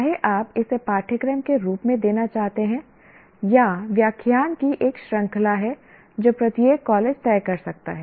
चाहे आप इसे पाठ्यक्रम के रूप में देना चाहते हैं या व्याख्यान की एक श्रृंखला है जो प्रत्येक कॉलेज तय कर सकता है